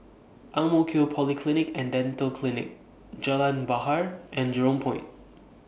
Ang Mo Kio Polyclinic and Dental Clinic Jalan Bahar and Jurong Point